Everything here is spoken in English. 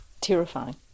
Terrifying